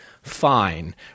Fine